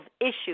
issues